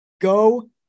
Go